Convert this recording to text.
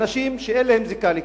אנשים שאין להם זיקה לכאן,